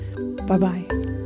Bye-bye